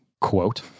Quote